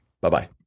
Bye-bye